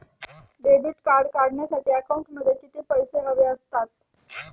Debit card काढण्यासाठी अकाउंटमध्ये किती पैसे हवे असतात?